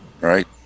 Right